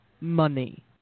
money